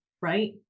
Right